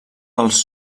dels